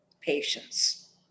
patients